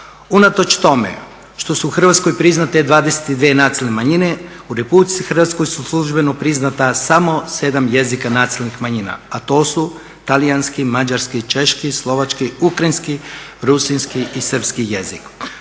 Unatoč tome što su u Hrvatskoj priznati 22 nacionalne manjine u RH su službeno priznata samo 7 jezika nacionalnih manjina, a to su talijanski, mađarski, češki, slovački, ukrajinski, rusinski i srpski jezik.